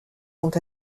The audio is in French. sont